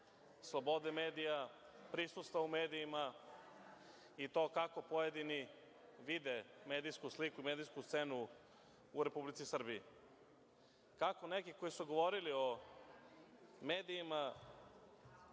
slobode medija, prisustvo u medijima i to kako pojedini vide medijsku sliku, medijsku scenu u Republici Srbiji. Kako neki koji su govorili o medijima